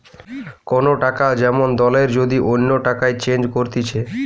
কোন টাকা যেমন দলের যদি অন্য টাকায় চেঞ্জ করতিছে